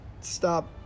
stop